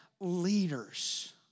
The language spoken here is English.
leaders